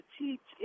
teach